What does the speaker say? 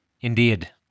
Indeed